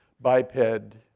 biped